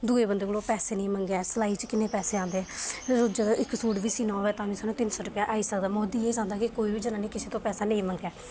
दूए बंदे कोलों पैसे निं मंगै सिलाई च किन्ने पैसे औंदे रोजा दा इक सूट बी सीना ना होवै तामीं तिन्न सौ रपेआ आई सकदा मोदी एह् चांह्दा कि कोई बी जनानी किसे तों पैसा नेईं मंगै